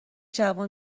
جوان